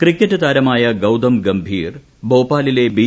cricket താരമായ ഗൌതം ഗംഭീർ ഭോപ്പാലിലെ B